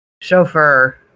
chauffeur